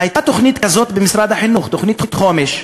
והייתה תוכנית כזאת במשרד החינוך, תוכנית חומש,